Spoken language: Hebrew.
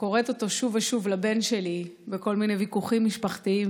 קוראת אותו שוב ושוב לבן שלי בכל מיני ויכוחים משפחתיים.